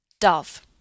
Dove